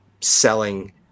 selling